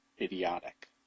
idiotic